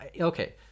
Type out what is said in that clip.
okay